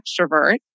extrovert